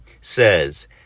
says